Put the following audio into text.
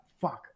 fuck